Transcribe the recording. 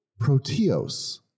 proteos